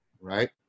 Right